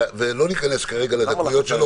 ולא ניכנס כרגע לדקויות,